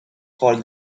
called